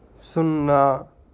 సున్నా